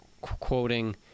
quoting